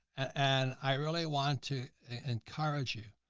and i really want to encourage you.